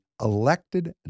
elected